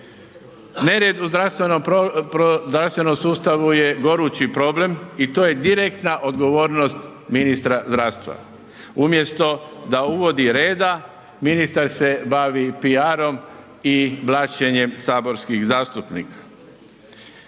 Nered u zdravstvenom sustavu je gorući problem i to je direktna odgovornost ministra zdravstva. Umjesto da uvodi reda, ministar se bavi PR-om i blaćenjem saborskih zastupnika.